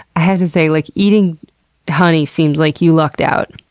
i have to say, like eating honey seems like you lucked out.